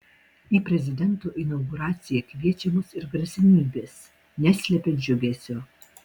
į prezidento inauguraciją kviečiamos ir garsenybės neslepia džiugesio